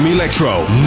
Electro